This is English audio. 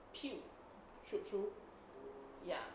pew shoot through ya